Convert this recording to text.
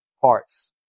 parts